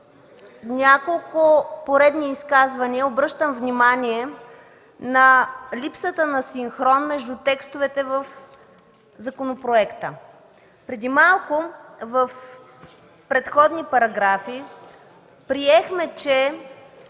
няколко поредни изказвания. Обръщам внимание на липсата на синхрон между текстовете в законопроекта. Преди малко в предходни параграфи приехме, че